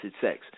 sex